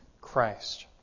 Christ